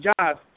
jobs